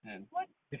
kan